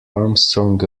armstrong